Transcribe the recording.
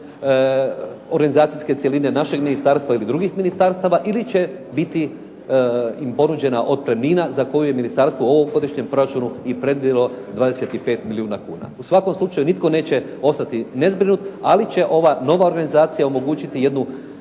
organizacijske cjeline našeg ministarstva ili drugih ministarstava ili će im biti ponuđena otpremnina za koje je ministarstvo u ovom godišnjem proračunu i predvidjelo 25 milijuna kuna. U svakom slučaju nitko neće ostati ne zbrinut, ali će ova nova organizacija omogućiti jednu